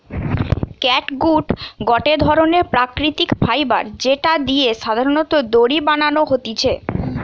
catgut গটে ধরণের প্রাকৃতিক ফাইবার যেটা দিয়ে সাধারণত দড়ি বানানো হতিছে